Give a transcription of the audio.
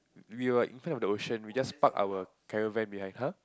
we were in front of the ocean we just park our caravan behind [huh]